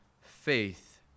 faith